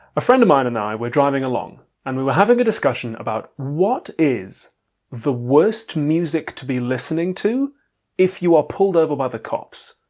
a friend of mine and i were driving along and we were having a discussion about what is the worst music to be listening to if you are pulled over by the cops?